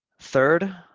Third